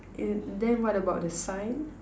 uh then what about the sign